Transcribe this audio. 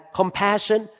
compassion